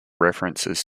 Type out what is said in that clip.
references